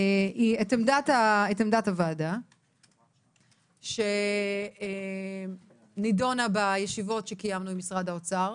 זה עמדת הוועדה שנידונה בישיבות שקיימנו עם משרד האוצר,